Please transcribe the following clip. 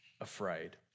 afraid